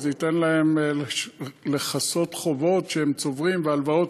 אבל זה ייתן להם לכסות חובות שהם צוברים והלוואות.